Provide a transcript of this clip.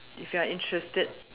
if you are interested